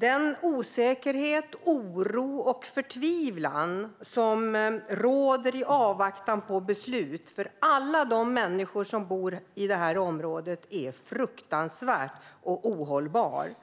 Den osäkerhet, oro och förtvivlan som råder i avvaktan på beslut för alla de människor som bor i området är fruktansvärd och ohållbar.